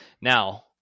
Now